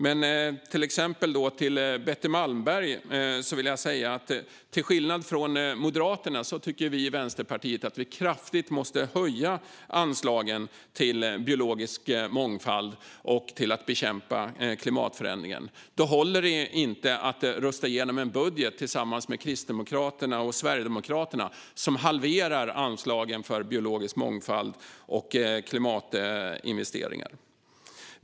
Men till Betty Malmberg vill jag säga att till skillnad från Moderaterna tycker vi i Vänsterpartiet att vi kraftigt måste höja anslagen till biologisk mångfald och till att bekämpa klimatförändringen. Då håller det inte att rösta igenom en budget tillsammans med Kristdemokraterna och Sverigedemokraterna som halverar anslagen för biologisk mångfald och klimatinvesteringar.